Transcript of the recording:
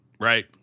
right